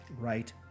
right